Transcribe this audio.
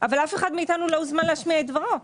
אבל אף אחד מאיתנו לא הוזמן להשמיע את דברו.